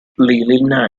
lily